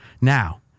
Now